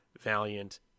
Valiant